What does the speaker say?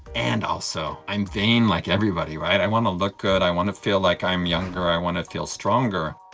and also i'm vain like everybody, right, i want to look good, i want to feel like i'm younger, i want to feel stronger.